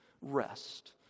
rest